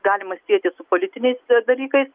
galima sieti su politiniais dalykais